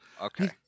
Okay